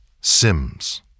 SIMS